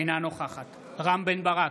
אינה נוכחת רם בן ברק,